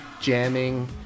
jamming